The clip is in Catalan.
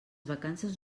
vacances